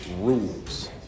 rules